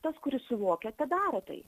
tas kuris suvokia tą daro tai